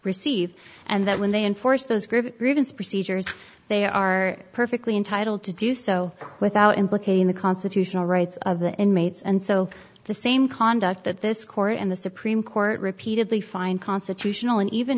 receive and that when they enforce those group grievance procedures they are perfectly entitled to do so without implicating the constitutional rights of the inmates and so the same conduct that this court and the supreme court repeatedly find constitutional and even